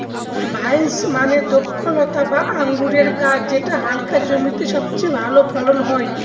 vines মানে দ্রক্ষলতা বা আঙুরের গাছ যেটা হালকা জমিতে সবচেয়ে ভালো ফলন হয়